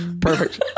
perfect